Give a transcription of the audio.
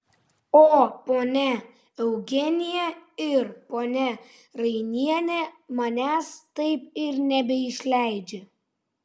o ponia eugenija ir ponia rainienė manęs taip ir nebeišleidžia